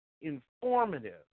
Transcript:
informative